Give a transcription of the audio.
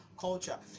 culture